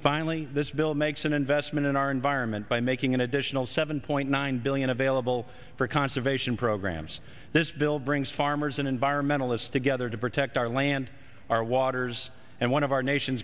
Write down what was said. finally this bill makes an investment in our environment by making an additional seven point nine billion available for conservation programs this bill brings farmers an environmentalist together to protect our land our waters and one of our nation's